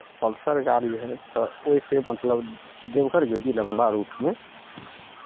Pulsar गाड़ी हइ तऽ ओहिसँ मतलब देवघर गयली लंबा रूटमे